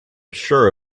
sure